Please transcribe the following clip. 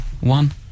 one